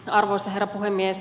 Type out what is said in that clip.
arvoisa herra puhemies